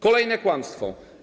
Kolejne kłamstwo.